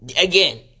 Again